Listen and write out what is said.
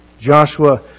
Joshua